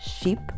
sheep